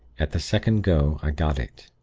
at the second go, i got it.